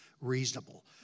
reasonable